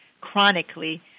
chronically